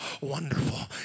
wonderful